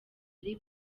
ari